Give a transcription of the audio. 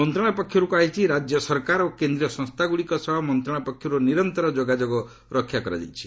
ମନ୍ତ୍ରଣାଳୟ ପକ୍ଷରୁ କୁହାଯାଇଛି ରାଜ୍ୟ ସରକାର ଓ କେନ୍ଦ୍ରୀୟ ସଂସ୍ଥାଗୁଡ଼ିକ ସହ ମନ୍ତ୍ରଣାଳୟ ପକ୍ଷରୁ ନିରନ୍ତର ଯୋଗାଯୋଗ ରକ୍ଷା କରାଯାଇଛି